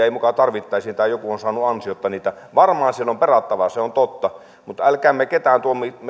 ei muka tarvittaisi tai joku on saanut ansiotta niitä varmaan siellä on perattavaa se on totta mutta älkäämme kaikkia